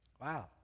Wow